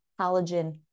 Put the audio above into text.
halogen